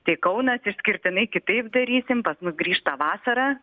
tai kaunas išskirtinai kitaip darysim pas mus grįžta vasara